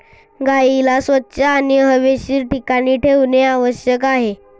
गाईला स्वच्छ आणि हवेशीर ठिकाणी ठेवणे आवश्यक आहे